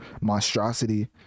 monstrosity